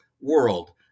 world